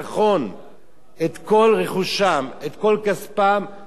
את כל רכושם, את כל כספם שמים בדירה השנייה.